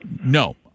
No